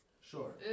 sure